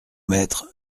maîtres